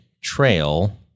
trail